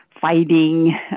fighting